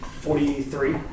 Forty-three